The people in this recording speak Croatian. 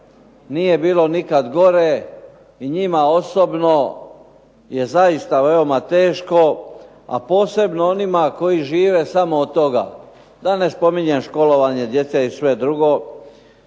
nije bilo nikada gore i njima osobno je zaista teško, a posebno onima koji žive samo od toga. Da ne spominjem školovanje djece i sve drugo.